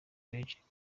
records